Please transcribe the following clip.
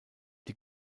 die